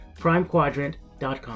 primequadrant.com